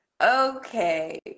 Okay